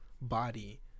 body